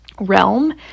realm